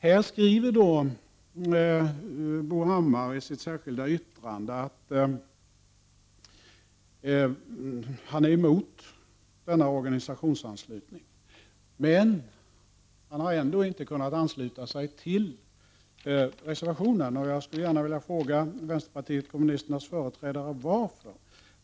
Nu skriver Bo Hammar i sitt särskilda yttrande att han är emot organisationsanslutning. Men han har ändå inte kunnat ansluta sig till reservationen. Jag skulle därför gärna vilja fråga vpk:s företrädare: Varför?